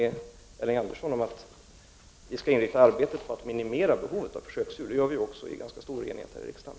Jag håller med Elving Andersson om att arbetet bör inriktas på att minimera behovet av försöksdjur, vilket vi också verkar för under ganska stor enighet här i riksdagen.